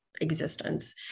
existence